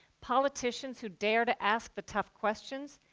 politicians who dare to ask the tough questions,